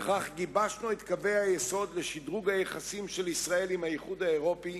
וכך גיבשנו את קווי-היסוד לשדרוג היחסים של ישראל עם האיחוד האירופי,